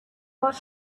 was